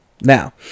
Now